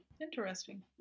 Interesting